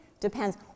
Depends